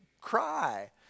cry